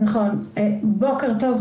בוקר טוב.